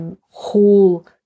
whole